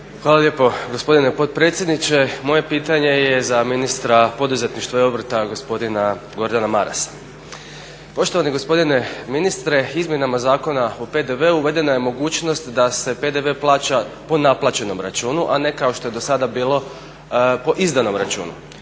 Hvala lijepo gospodine potpredsjedniče. Moje pitanje je za ministra poduzetništva i obrta gospodina Gordana Marasa. Poštovani gospodine ministre, izmjenama Zakona o PDV-u uvedena je mogućnost da se PDV plaća po naplaćenom računu, a ne kao što je do sada bilo po izdanom računu.